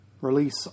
release